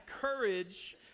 courage